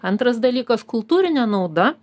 antras dalykas kultūrinė nauda